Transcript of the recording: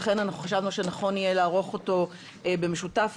לכן חשבנו שנכון יהיה לערוך את הדיון במשותף,